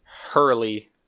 Hurley